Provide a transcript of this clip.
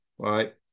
Right